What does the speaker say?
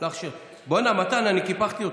בוא הנה, מתן, אני קיפחתי אותך.